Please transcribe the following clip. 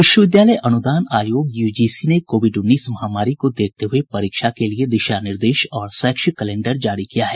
विश्वविद्यालय अनुदान आयोग यूजीसी ने कोविड उन्नीस महामारी को देखते हुए परीक्षा के लिए दिशानिर्देश और शैक्षिक कलेंडर जारी किया है